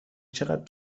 چقدر